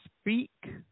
speak